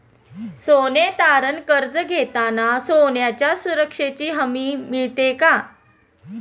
सोने तारण कर्ज घेताना सोन्याच्या सुरक्षेची हमी मिळते का?